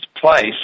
place